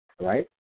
right